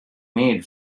made